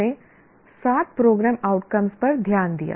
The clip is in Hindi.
हमने सात प्रोग्राम आउटकम्स पर ध्यान दिया